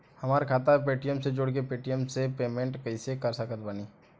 हमार खाता के पेटीएम से जोड़ के पेटीएम से पेमेंट कइसे कर सकत बानी?